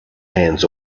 hands